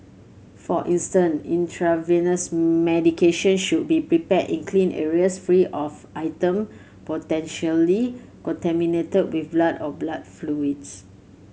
for instance intravenous medication should be prepared in clean areas free of item potentially contaminated with blood or blood fluids